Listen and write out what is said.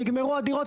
נגמרו הדירות,